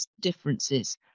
differences